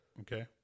Okay